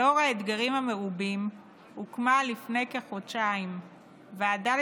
לאור האתגרים המרובים הוקמה לפני כחודשיים ועדה